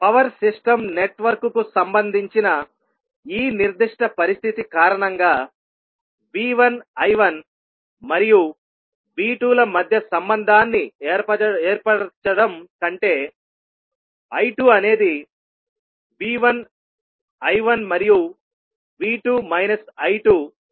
power system నెట్వర్క్కు సంబంధించిన ఈ నిర్దిష్ట పరిస్థితి కారణంగాV1I1 మరియు V2 ల మధ్య సంబంధాన్ని ఏర్పరచడం కంటేI2 అనేది V1 I1 మరియు V2 I2 మధ్య సంబంధాన్ని ఏర్పరుస్తుంది